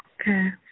Okay